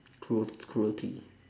cruel cruelty